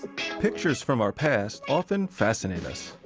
pictures from our past often fascinate us.